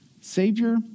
Savior